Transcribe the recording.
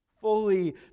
Fully